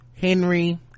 henry